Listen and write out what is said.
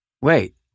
Wait